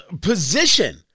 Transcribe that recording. position